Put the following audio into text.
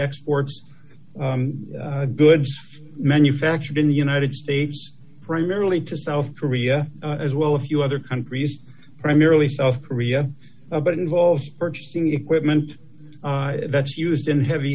exports goods manufactured in the united states primarily to south korea as well a few other countries primarily south korea but it involves purchasing equipment that's used in heavy